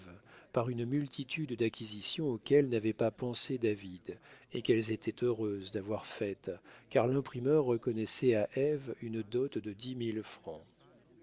par une multitude d'acquisitions auxquelles n'avait pas pensé david et qu'elles étaient heureuses d'avoir faites car l'imprimeur reconnaissait à ève une dot de dix mille francs